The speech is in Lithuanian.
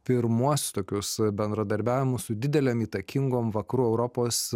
pirmuos tokius bendradarbiavimus su didelėm įtakingom vakarų europos